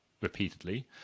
repeatedly